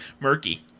murky